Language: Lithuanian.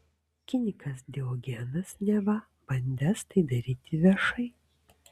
kinikas diogenas neva bandęs tai daryti viešai